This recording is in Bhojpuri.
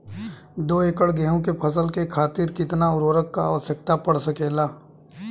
दो एकड़ गेहूँ के फसल के खातीर कितना उर्वरक क आवश्यकता पड़ सकेल?